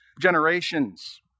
generations